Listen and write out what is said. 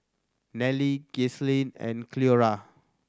Neely Gisele and Cleora